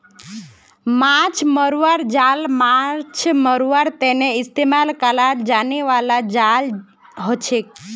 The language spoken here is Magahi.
माछ मरवार जाल माछ मरवार तने इस्तेमाल कराल जाने बाला जाल हछेक